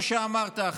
כמו שאמרת,